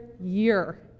year